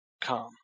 come